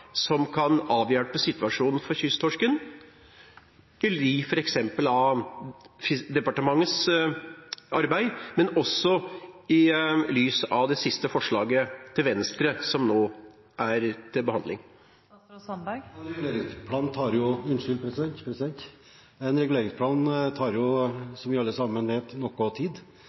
som kan avhjelpe situasjonen for kysttorsken – i lys av f.eks. departementets arbeid, men også i lys av det siste forslaget fra Venstre, som nå er til behandling? En reguleringsplan tar jo, som vi alle sammen vet, noe tid.